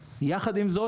יחד עם זאת,